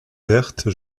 verte